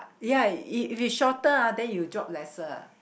ya if it's shorter ah then you drop lesser